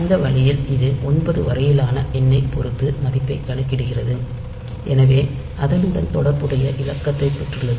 இந்த வழியில் இது 9 வரையிலான எண்ணைப் பொறுத்து மதிப்பைக் கணக்கிடுகிறது எனவே அதனுடன் தொடர்புடைய இலக்கத்தைப் பெற்றுள்ளது